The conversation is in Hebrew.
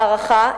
הערכה,